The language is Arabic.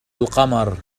القمر